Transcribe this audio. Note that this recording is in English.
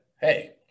hey